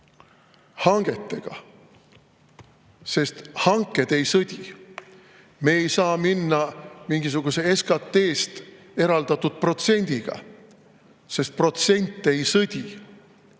hangetega, sest hanked ei sõdi. Me ei saa minna mingisuguse SKT‑st eraldatud protsendiga, sest protsent ei sõdi.